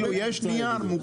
יש נייר מוכן?